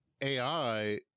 AI